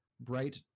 Bright